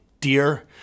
dear